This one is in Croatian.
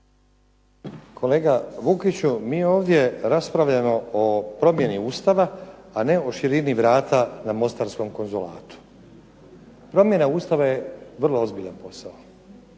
Kolega Vukiću mi ovdje raspravljamo promjeni Ustava, a ne o širini vrata na Mostarskom konzulatu. Promjena Ustava je vrlo ozbiljan